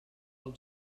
del